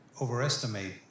overestimate